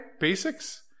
Basics